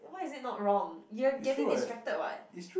why is it not wrong you're getting distracted [what]